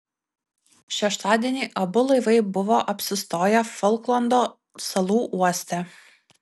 šeštadienį abu laivai buvo apsistoję folklando salų uoste